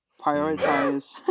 Prioritize